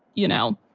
you know.